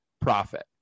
profit